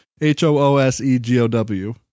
H-O-O-S-E-G-O-W